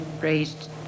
raised